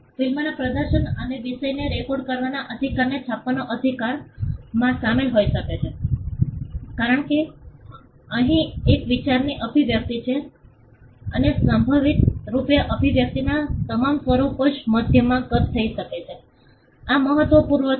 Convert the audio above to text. ફિલ્મના પ્રદર્શન અથવા વિષયને રેકોર્ડ કરવાના અધિકારને છાપવાનો અધિકાર અધિકારમાં શામેલ હોઈ શકે છે કારણ કે અહીં એક વિચારની અભિવ્યક્તિ છે અને સંભવિત રૂપે અભિવ્યક્તિના તમામ સ્વરૂપો જે માધ્યમમાં કેદ થઈ શકે છે આ મહત્વપૂર્ણ છે